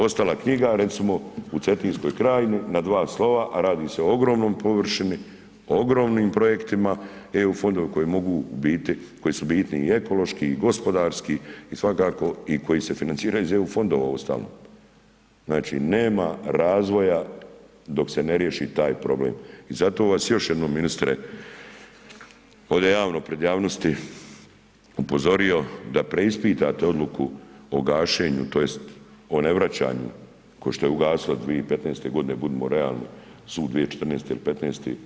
Ostala knjiga recimo u Cetinskoj krajini, na dva slova a radi se o ogromnoj površini, ogromnim projektima, Eu fondovi koji mogu su bitni i ekološki i gospodarski i svakako i koji se financiraju iz EU fondova uostalom, znači nema razvoja dok se riješi taj problem i zato vas još jednom ministre ovdje pred javnosti bi upozorio da preispitate odluku o gašenju, tj. o nevraćanju kao što je ugasilo 2015. g. budimo realni, sud 2014. ili 2015.